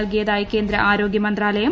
നൽകിയതായി കേന്ദ്ര ആരോഗ്യമന്ത്രാലയം